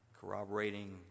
corroborating